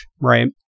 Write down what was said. right